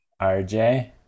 RJ